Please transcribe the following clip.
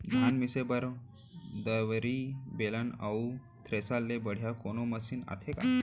धान मिसे बर दंवरि, बेलन अऊ थ्रेसर ले बढ़िया कोनो मशीन आथे का?